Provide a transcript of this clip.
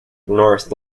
north